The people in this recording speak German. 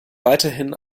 weiterhin